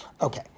Okay